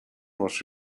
was